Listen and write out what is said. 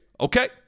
Okay